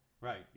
Right